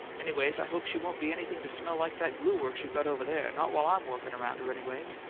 anyways, i hope she won't be anything to smell like that glue-works you got over there not while i'm workin' around her, anyways!